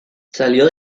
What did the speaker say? salió